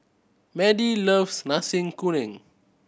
Madie loves Nasi Kuning